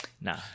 nah